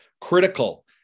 critical